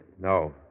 No